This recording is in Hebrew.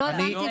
לא הבנתי.